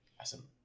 Awesome